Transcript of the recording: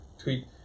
tweet